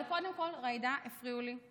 אבל קודם כול, ג'ידא, הפריעו לי.